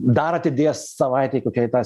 dar atidės savaitei kokiai tą